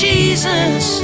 Jesus